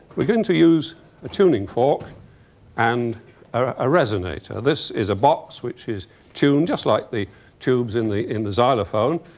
we're going to use a tuning fork and a resonator. this is a box which is tuned, just like the tubes in the in the xylophone.